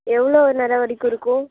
எவ்வளோ நேரம் வரைக்கும் இருக்கும்